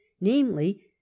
Namely